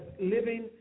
living